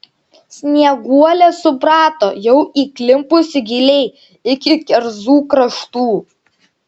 snieguolė suprato jau įklimpusi giliai iki kerzų kraštų